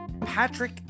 Patrick